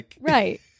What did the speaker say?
Right